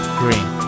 green